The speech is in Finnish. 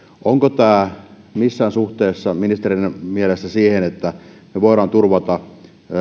onko tämä missään suhteessa ministereiden mielestä siihen että me voimme turvata